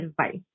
advice